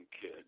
kid